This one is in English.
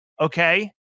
okay